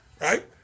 right